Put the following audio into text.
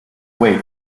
wake